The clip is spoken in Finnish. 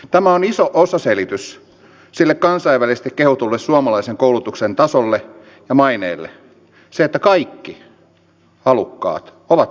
tämä on iso osaselitys sille kansainvälisesti kehutulle suomalaisen koulutuksen tasolle ja maineelle se että kaikki halukkaat ovat voineet opiskella